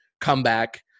comeback